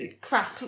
crap